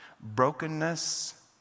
Brokenness